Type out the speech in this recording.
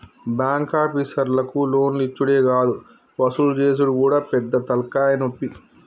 బాంకాపీసర్లకు లోన్లిచ్చుడే గాదు వసూలు జేసుడు గూడా పెద్ద తల్కాయనొప్పి